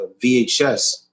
VHS